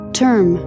term